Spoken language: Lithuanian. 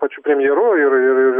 pačiu premjeru ir ir ir